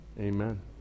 Amen